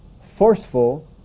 forceful